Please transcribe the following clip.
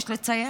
יש לציין.